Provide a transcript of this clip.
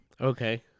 Okay